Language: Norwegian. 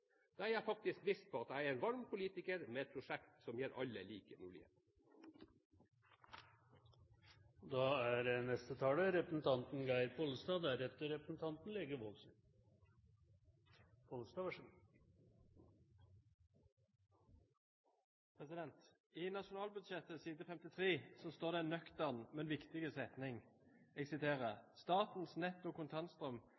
Da er jeg viss på at Norge får det best med flere og flere blå konservative politikere. Da er jeg faktisk viss på at jeg er en varm politiker med et prosjekt som gir alle like muligheter. I nasjonalbudsjettet på side 53 står det en nøktern, men viktig setning: